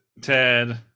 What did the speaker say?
Ted